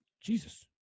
Jesus